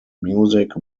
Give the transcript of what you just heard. music